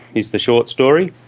is the short story.